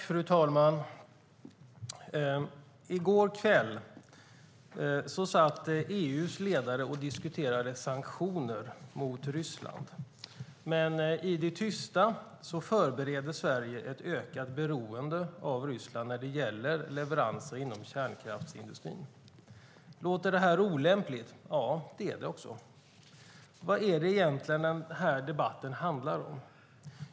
Fru talman! I går kväll satt EU:s ledare och diskuterade sanktioner mot Ryssland, men i det tysta förbereder Sverige ett ökat beroende av Ryssland när det gäller leveranser inom kärnkraftsindustrin. Låter det olämpligt? Ja, det är det också. Vad är det egentligen den här debatten handlar om?